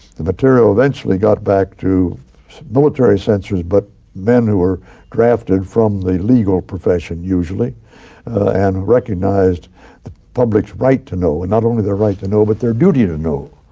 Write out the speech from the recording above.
the material eventually got back to military censors but men who were drafted from the legal profession usually and recognized the publics right to know. and not only the right to know but their duty to know.